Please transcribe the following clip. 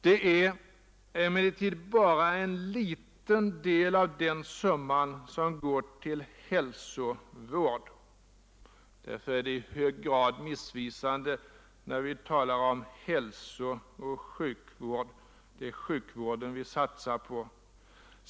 Det är emellertid bara en liten del av den summan som går till hälsovård. Därför är det i hög grad missvisande när vi talar om hälsooch sjukvård; det är sjukvården vi satsar mest på.